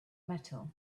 metal